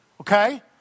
okay